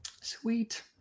sweet